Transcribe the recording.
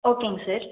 ஓகேங்க சார்